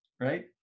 Right